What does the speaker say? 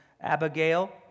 Abigail